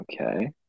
Okay